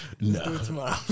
no